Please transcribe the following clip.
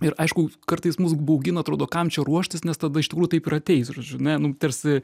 ir aišku kartais mus baugina atrodo kam čia ruoštis nes tada iš tikrųjų taip ir ateis žodžiu nu tarsi